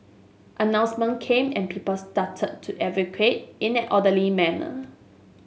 announcement came and people started to evacuate in an orderly manner